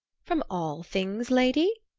from all things, lady?